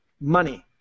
money